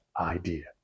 idea